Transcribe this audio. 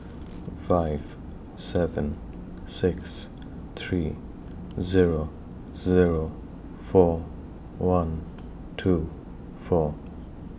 five seven six three Zero Zero four one two four